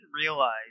realize